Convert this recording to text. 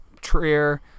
Trier